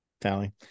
Tally